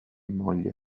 moglie